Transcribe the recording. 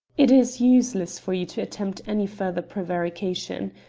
it is useless for you to attempt any further prevarication.